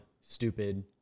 stupid